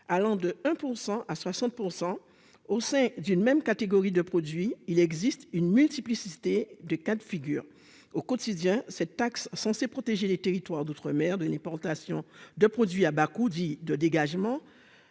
allant de 1 % à 60 % de la valeur. Au sein d'une même catégorie de produits, il existe une multiplicité de cas de figure. Au quotidien, cette taxe censée protéger les territoires d'outre-mer de l'importation de produits à bas coûts, dits « de dégagement